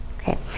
Okay